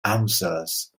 answers